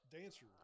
Dancer